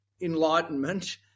enlightenment